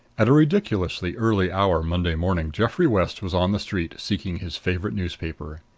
at a ridiculously early hour monday morning geoffrey west was on the street, seeking his favorite newspaper.